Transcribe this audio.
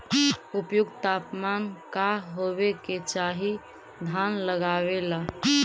उपयुक्त तापमान का होबे के चाही धान लगावे ला?